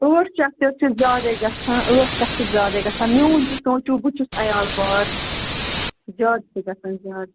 ٲٹھ شَتھ تہِ حظ چھِ زیادَے گژھان ٲٹھ شَتھ تہِ چھِ زیادَے گژھان میٛون تہِ سونٛچو بہٕ چھُس عیال بار زیادٕ چھِ گژھان زیادٕ